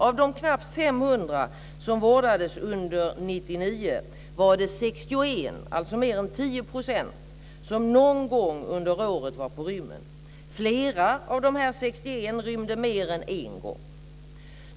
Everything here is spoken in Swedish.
Av de knappt 500 som vårdades under 1999 var det 61, dvs. mer än 10 %, som någon gång under året var på rymmen. Flera av dessa 61 rymde mer än en gång.